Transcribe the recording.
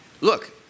look